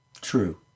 True